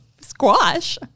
squash